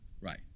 right